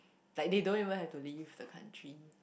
like they don't even have to leave the country